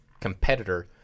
competitor